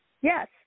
Yes